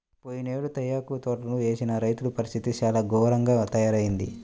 పోయినేడు తేయాకు తోటలు వేసిన రైతుల పరిస్థితి చాలా ఘోరంగా తయ్యారయింది